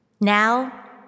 Now